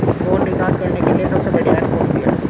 Phone recharge करने के लिए सबसे बढ़िया ऐप कौन सी है?